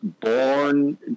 born